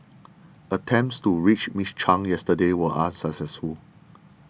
attempts to reach Miss Chung yesterday were unsuccessful